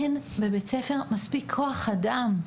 אין בבית ספר מספיק כוח אדם.